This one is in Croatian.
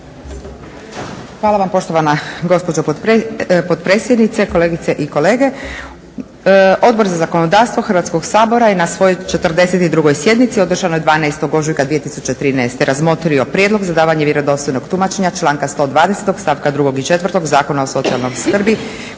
Hvala vam poštovana gospođo potpredsjednice, kolegice i kolege. Odbor za zakonodavstvo Hrvatskog sabora je na svojoj 42. sjednici održanoj 12. ožujka 2013. razmotrio prijedlog za davanje vjerodostojnog tumačenja članka 120. stavka drugog i četvrtog Zakona o socijalnoj skrbi